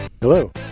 Hello